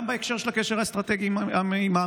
גם בהקשר של הקשר האסטרטגי עם האמריקנים.